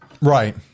right